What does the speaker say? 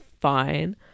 fine